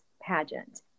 pageant